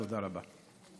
תודה רבה.